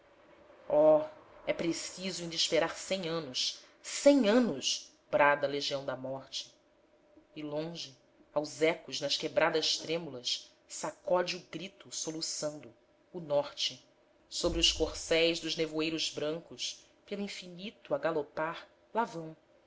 oh é preciso inda esperar cem anos cem anos brada a legião da morte e longe aos ecos nas quebradas trêmulas sacode o grito soluçando o norte sobre os corcéis dos nevoeiros brancos pelo infinito a galopar